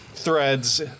Threads